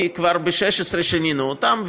כי כבר ב-2016 שינינו אותן.